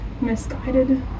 misguided